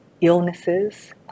illnesses